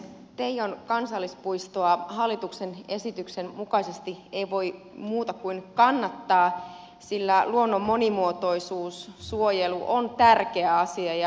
teijon kansallispuistoa hallituksen esityksen mukaisesti ei voi muuta kuin kannattaa sillä luonnon monimuotoisuus suojelu on tärkeä asia